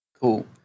Cool